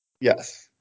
Yes